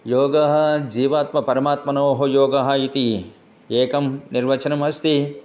योगः जीवात्मा परमात्मनोः योगः इति एकं निर्वचनमस्ति